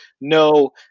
no